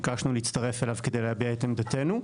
ביקשנו להצטרף אליו כדי להביע את עמדתנו.